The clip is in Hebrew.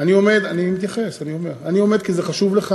אני עומד כי זה חשוב לך,